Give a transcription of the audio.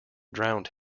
drowned